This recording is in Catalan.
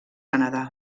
canadà